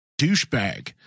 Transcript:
douchebag